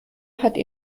hatte